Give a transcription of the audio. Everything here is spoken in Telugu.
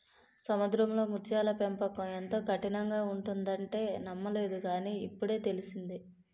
సముద్రంలో ముత్యాల పెంపకం ఎంతో కఠినంగా ఉంటుందంటే నమ్మలేదు కాని, ఇప్పుడే తెలిసింది